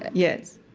yes.